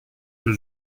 que